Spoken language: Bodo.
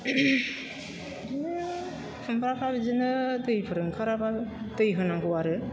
बिदिनो खुमब्राफ्रा बिदिनो दैफोर ओंखाराब्ला दै होनांगौ आरो